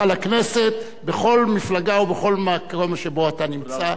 לכנסת בכל מפלגה ובכל מקום שבו אתה נמצא,